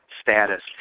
status